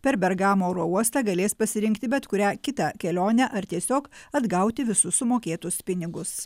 per bergamo oro uostą galės pasirinkti bet kurią kitą kelionę ar tiesiog atgauti visus sumokėtus pinigus